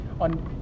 on